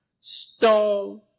Stone